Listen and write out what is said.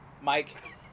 Mike